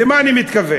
למה אני מתכוון?